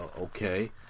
okay